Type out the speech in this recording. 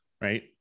right